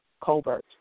Colbert